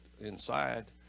inside